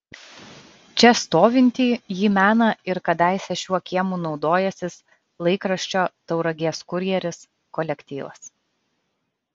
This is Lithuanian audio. čia stovintį jį mena ir kadaise šiuo kiemu naudojęsis laikraščio tauragės kurjeris kolektyvas